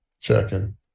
checking